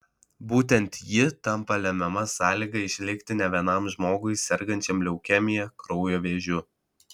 būtent ji tampa lemiama sąlyga išlikti ne vienam žmogui sergančiam leukemija kraujo vėžiu